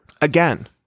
Again